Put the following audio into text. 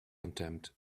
attempt